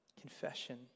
confession